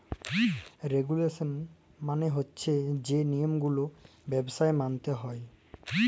regulation মালে হছে যে লিয়মগুলা ব্যবছায় মাইলতে হ্যয়